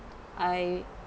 I